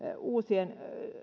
uusien